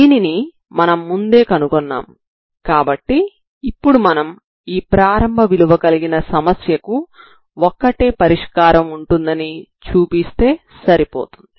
దీనిని మనం ముందే కనుగొన్నాము కాబట్టి ఇప్పుడు మనం ఈ ప్రారంభ విలువ కలిగిన సమస్యకు ఒకటే పరిష్కారం ఉంటుందని చూపిస్తే సరిపోతుంది